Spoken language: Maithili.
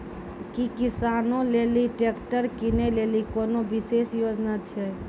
कि किसानो लेली ट्रैक्टर किनै लेली कोनो विशेष योजना छै?